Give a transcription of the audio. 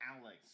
Alex